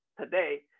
today